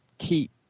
keep